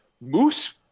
Moose